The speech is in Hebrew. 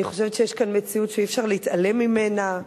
אני חושבת שיש כאן מציאות שאי-אפשר להתעלם ממנה: